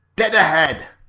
dead ahead!